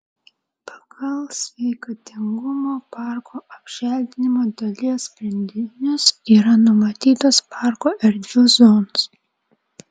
pagal sveikatingumo parko apželdinimo dalies sprendinius yra numatytos parko erdvių zonos